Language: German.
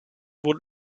wohl